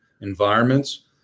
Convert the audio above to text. environments